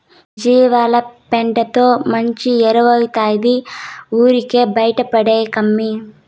జీవాల పెండతో మంచి ఎరువౌతాది ఊరికే బైటేయకమ్మన్నీ